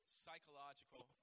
psychological